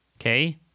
okay